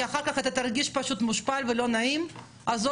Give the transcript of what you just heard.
כי אחר-כך אתה תרגיש פשוט מושפל ולא נעים,